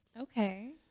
okay